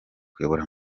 kuyobora